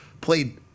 played